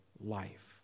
life